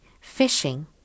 fishing